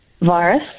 virus